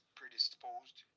predisposed